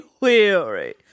weary